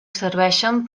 serveixen